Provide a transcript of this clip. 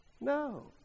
no